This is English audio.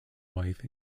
wife